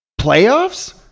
Playoffs